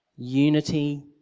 unity